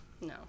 No